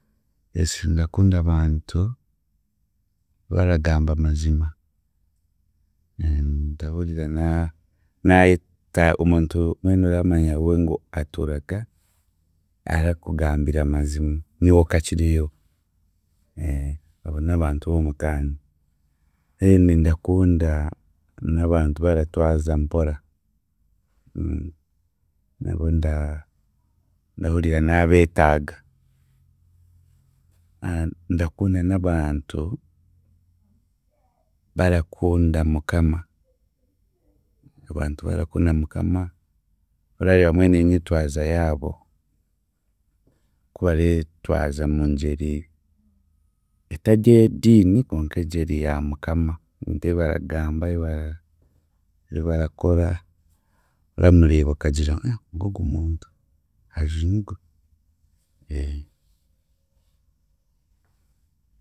Ndakunda abantu baragamba amazima, ndahurira na- naayeta omuntu mbwenu oramanya we ngu atuuraga arakugambira amazima niiwe okakireeba, abo n'abantu b'omutaano. Then ndakunda n'abantu baratwaza mpora, nabo nda- ndahurira naabeetaaga. Ndakunda n'abantu barakunda Mukama, abantu barakunda Mukama orareeba mbwenu enyetwaza yaabo, ku bareetwaza mungyeri etarye ey'ediini konka engyeri ya Mukama, ebi baragamba, ebi bara ebibarakora, oramureeba okagira ngu ng'ogu muntu ajunigwe